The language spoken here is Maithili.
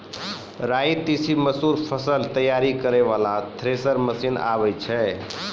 राई तीसी मसूर फसल तैयारी करै वाला थेसर मसीन आबै छै?